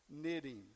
knitting